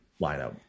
lineup